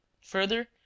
Further